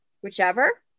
whichever